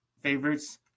favorites